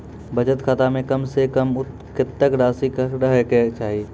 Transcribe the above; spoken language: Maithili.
बचत खाता म कम से कम कत्तेक रासि रहे के चाहि?